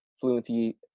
fluency